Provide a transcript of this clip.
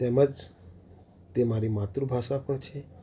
તેમ જ તે મારી માતૃભાષા પણ છે